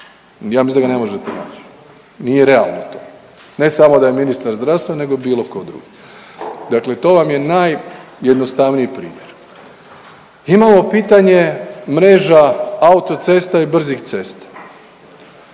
ja mislim da ga ne možete naći. Nije realno to. Ne samo da je ministar zdravstva, nego bilo tko drugi. Dakle to vam je najjednostavniji primjer. Imamo pitanje mreža autocesta i brzih cesta.